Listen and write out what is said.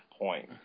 point